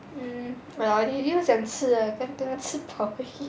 mm ah 要想吃 ah 刚刚吃饱而已